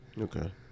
Okay